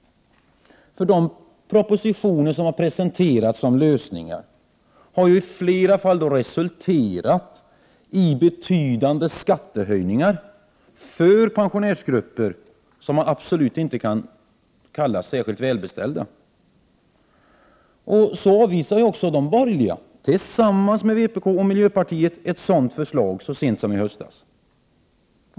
De propositioner som har presenterats som lösningar har i flera fall resulterat i betydande skattehöjningar för pensionärsgrupper som absolut inte kan kallas särskilt välbeställda. De borgerliga, tillsammans med vpk och miljöpartiet, avvisade ett sådant förslag så sent som i höstas.